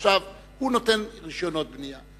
עכשיו, הוא נותן רשיונות בנייה.